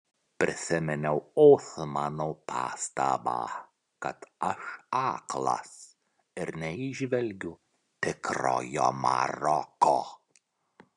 prisiminiau osmano pastabą kad aš aklas ir neįžvelgiu tikrojo maroko